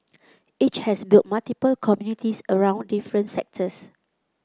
it has built multiple communities around different sectors